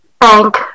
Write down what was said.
bank